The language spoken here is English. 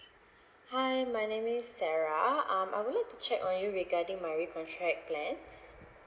hi my name is sara um I would like to check on you regarding my recontract plans